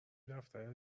دفتر